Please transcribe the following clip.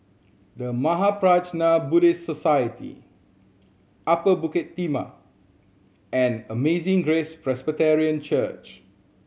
The Mahaprajna Buddhist Society Upper Bukit Timah and Amazing Grace Presbyterian Church